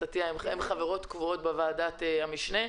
חוה אתי עטיה הן חברות קבועות בוועדת המשנה.